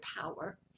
power